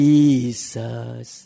Jesus